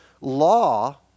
law